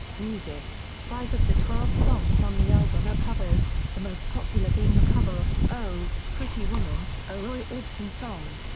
music five of the twelve songs on the album are covers, the most popular being the cover of oh pretty woman, a roy orbison song.